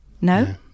No